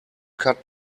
cut